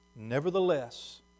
Nevertheless